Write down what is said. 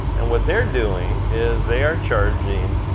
and what they're doing is they are charging